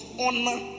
honor